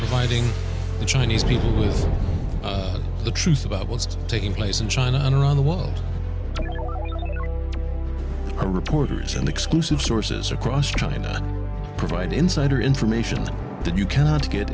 biting the chinese people is the truth about what's taking place in china and around the world are reporters and exclusive sources across china provide insider information that you cannot get